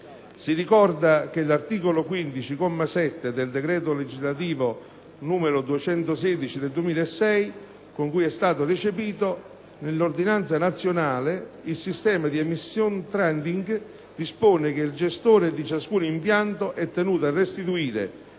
Si ricorda che l'articolo 15, comma 7, del decreto legislativo n. 216 del 2006, con cui è stato recepito nell'ordinamento nazionale il sistema di *emission trading*, dispone che il gestore di ciascun impianto è tenuto a restituire,